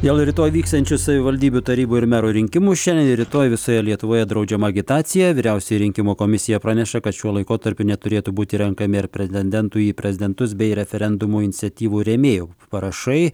dėl rytoj vyksiančių savivaldybių tarybų ir mero rinkimų šiandien ir rytoj visoje lietuvoje draudžiama agitacija vyriausioji rinkimų komisija praneša kad šiuo laikotarpiu neturėtų būti renkami ir pretendentų į prezidentus bei referendumų iniciatyvų rėmėjų parašai